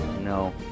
no